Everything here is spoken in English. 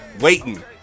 waiting